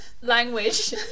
language